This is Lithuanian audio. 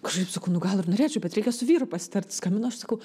kažkaip sakau nu gal ir norėčiau bet reikia su vyru pasitart skambinu aš sakau